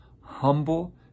humble